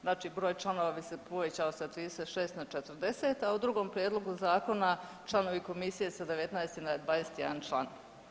Znači broj članova bi se povećao sa 36 na 40, a u drugom prijedlogu zakona članovi komisije sa 19 na 21 član.